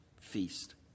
feast